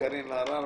קארין אלהרר,